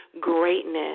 greatness